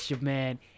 man